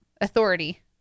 authority